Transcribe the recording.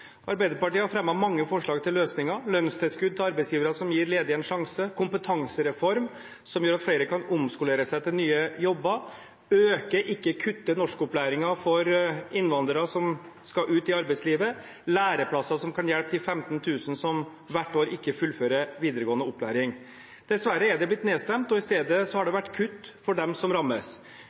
Arbeiderpartiet har fremmet mange forslag til løsninger: lønnstilskudd til arbeidsgivere som gir ledige en sjanse, en kompetansereform som gjør at flere kan omskolere seg til nye jobber, øke, ikke kutte, norskopplæringen for innvandrere som skal ut i arbeidslivet, læreplasser som kan hjelpe de 15 000 som hvert år ikke fullfører videregående opplæring. Dessverre er det blitt nedstemt. I stedet har det vært kutt for dem som rammes